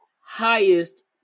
highest